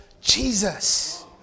Jesus